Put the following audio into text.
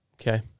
Okay